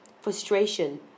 frustration